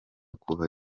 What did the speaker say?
kuva